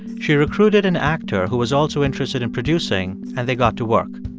she recruited an actor who was also interested in producing, and they got to work.